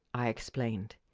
i explained.